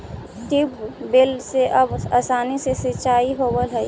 tubewell से अब आसानी से सिंचाई होवऽ हइ